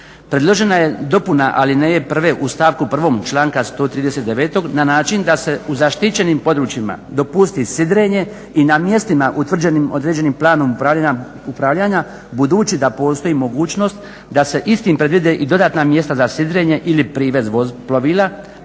Predložena je dopuna, ali ne prve u stavku 1. članka 139. na način da se u zaštićenim područjima dopusti sidrenje i na mjestima utvrđenim određenim planom upravljanja budući da postoji mogućnost da se istim predvide i dodatna mjesta za sidrenje ili privez plovila,